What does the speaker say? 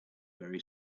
very